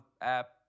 app